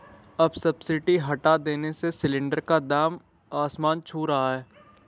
अब सब्सिडी हटा देने से सिलेंडर का दाम आसमान छू रहा है